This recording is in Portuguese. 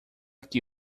que